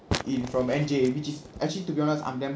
in from N_J which is actually to be honest I'm damn